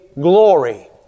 Glory